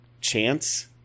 chance